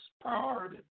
priority